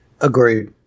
Agreed